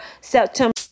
September